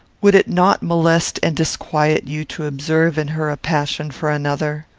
would it not molest and disquiet you to observe in her a passion for another?